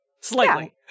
Slightly